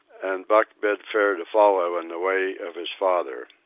and buck bid fair to follow in the way of his father.